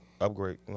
upgrade